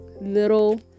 Little